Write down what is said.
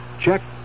Check